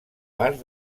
part